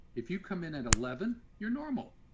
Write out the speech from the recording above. if you come in at eleven you're normal.